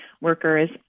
workers